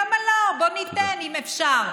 למה לא, בואו ניתן, אם אפשר.